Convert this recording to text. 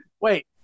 Wait